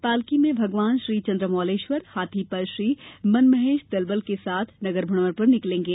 पालकी में भगवान श्री चन्द्रमौलेश्वर हाथी पर श्री मनमहेश दल बल के साथ नगर भ्रमण पर निकलेंगे